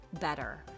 better